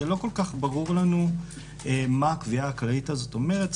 שלא ברור לנו מה הקביעה הכללית הזו אומרת.